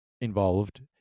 involved